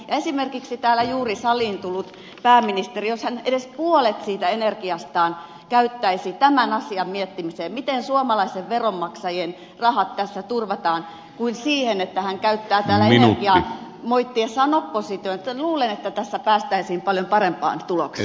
ja esimerkiksi jos täällä juuri saliin tullut pääministeri edes puolet siitä energiastaan käyttäisi tämän asian miettimiseen miten suomalaisten veronmaksajien rahat tässä turvataan kuin siihen että hän käyttää täällä energiaa moittiessaan oppositiota niin luulen että tässä päästäisiin paljon parempaan tulokseen